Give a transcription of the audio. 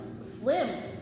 slim